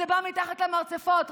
זה בא מתחת למרצפות,